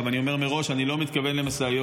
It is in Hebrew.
אני אומר מראש שאני לא מתכוון למשאיות